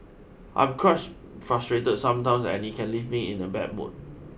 I am crush frustrated sometimes and it can leave me in a bad mood